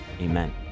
Amen